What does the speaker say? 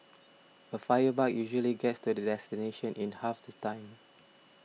a fire bike usually gets to the destination in half the time